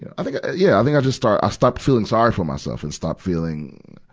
and i think i yeah, i think i just start, i stopped feeling sorry for myself and stopped feeling,